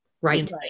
right